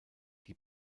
die